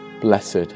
Blessed